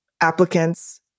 applicants